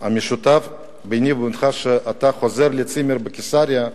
המשותף ביני ובינך, שאתה חוזר לצימר בקיסריה,